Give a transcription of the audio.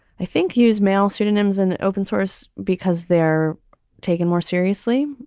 i think, used male pseudonyms, an open source because they're taken more seriously.